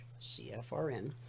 CFRN